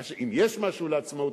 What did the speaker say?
אם יש משהו לעצמאות,